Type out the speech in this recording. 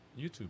YouTube